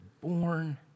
born